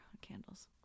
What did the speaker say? candles